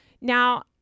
Now